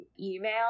email